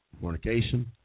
fornication